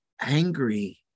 angry